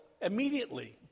immediately